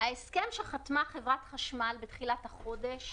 ההסכם שחתמה חברת החשמל בתחילת החודש